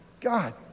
God